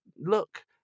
look